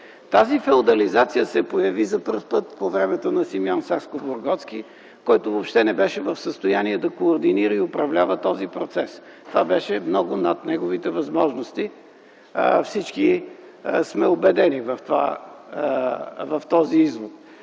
Тази феодализация се появи за пръв път по времето на Симеон Сакскобургготски, който въобще не беше в състояние да координира и управлява този процес. Това беше много над неговите възможности. Всички сме убедени в този извод.